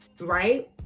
right